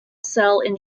cell